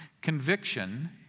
Conviction